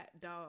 dog